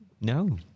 no